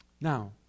Now